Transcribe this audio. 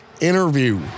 interview